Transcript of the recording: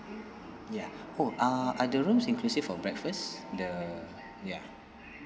ya oh uh are the rooms inclusive of breakfast the ya